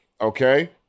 Okay